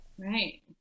Right